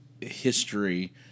history